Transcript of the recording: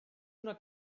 una